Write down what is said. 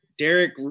Derek